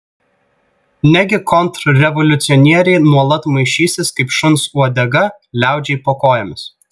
negi kontrrevoliucionieriai nuolat maišysis kaip šuns uodega liaudžiai po kojomis